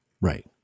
Right